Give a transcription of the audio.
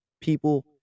people